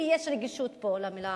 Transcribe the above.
כי יש פה רגישות למלה "ערבי".